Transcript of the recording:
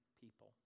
people